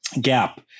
gap